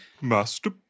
Master